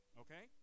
okay